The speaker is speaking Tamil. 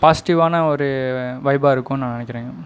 பாஸ்ட்டிவான ஒரு வைபாருக்குன்னு நான் நினைக்குறங்க